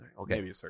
Okay